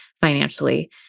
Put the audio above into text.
financially